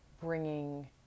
bringing